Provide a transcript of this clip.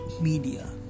media